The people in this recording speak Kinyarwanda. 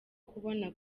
kubona